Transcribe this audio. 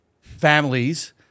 families